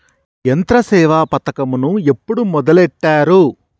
యంత్రసేవ పథకమును ఎప్పుడు మొదలెట్టారు?